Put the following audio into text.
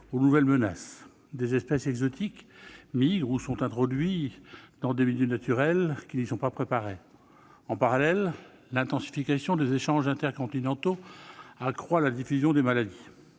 aux nouvelles menaces. Des espèces exotiques migrent ou sont introduites dans des milieux naturels qui n'y sont pas préparés. En parallèle, l'intensification des échanges intercontinentaux accroît la diffusion des maladies.